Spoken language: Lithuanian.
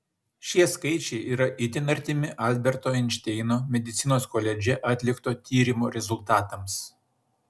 šie skaičiai yra itin artimi alberto einšteino medicinos koledže atlikto tyrimo rezultatams